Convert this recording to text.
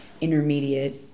intermediate